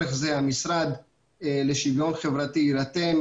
מה הייתה הכוונה של נותן השירות או מי שחותם בזמן כריתת החוזה,